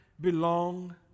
belong